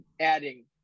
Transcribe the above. adding